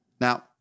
Now